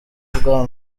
ubwa